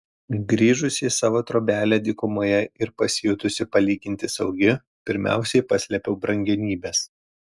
grįžusi į savo trobelę dykumoje ir pasijutusi palyginti saugi pirmiausia paslėpiau brangenybes